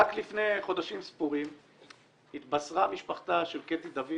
רק לפני חודשים ספורים התבשרה משפחתה של קטי דוד,